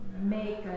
make